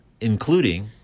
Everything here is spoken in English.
including